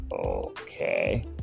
okay